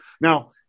Now